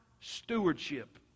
stewardship